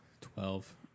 Twelve